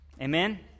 Amen